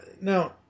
now